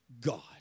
God